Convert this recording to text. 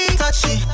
touchy